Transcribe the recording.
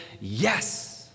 yes